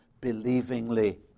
believingly